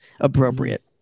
Appropriate